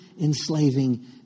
enslaving